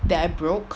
that I broke